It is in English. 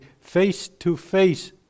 face-to-face